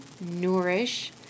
nourish